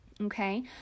Okay